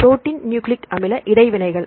protein nucleic அமில இடைவினைகள்